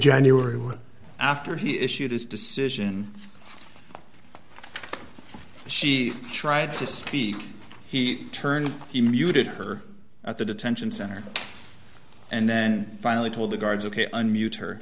january one after he issued his decision she tried to speak he turned he muted her at the detention center and then finally told the guards ok and mute her